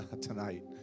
tonight